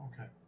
Okay